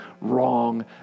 wrong